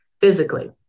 Physically